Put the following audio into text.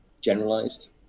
generalized